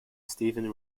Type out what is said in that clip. steven